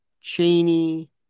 Cheney